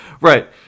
right